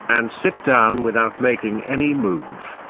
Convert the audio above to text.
and sit down without making any move.